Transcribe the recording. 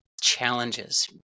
challenges